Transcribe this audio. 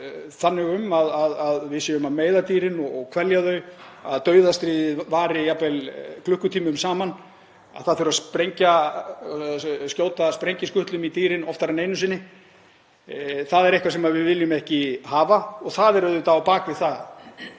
þannig um að við séum að meiða dýrin og kvelja þau, að dauðastríðið vari jafn vel klukkutímum saman, að það þurfi að skjóta sprengiskutlum í dýrin oftar en einu sinni. Það er eitthvað sem við viljum ekki hafa. Á bak við það